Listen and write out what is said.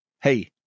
Hey